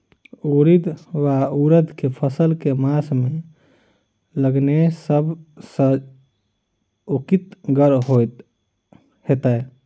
उड़ीद वा उड़द केँ फसल केँ मास मे लगेनाय सब सऽ उकीतगर हेतै?